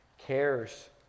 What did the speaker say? Cares